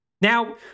Now